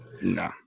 No